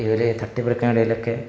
ഇവർ തട്ടിപ്പറിക്കുന്നതിനിടയിലൊക്കെ